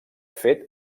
fet